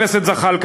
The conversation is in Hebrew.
חבר הכנסת זחאלקה,